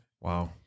Wow